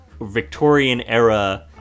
Victorian-era